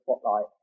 spotlight